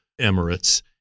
Emirates